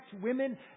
women